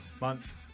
month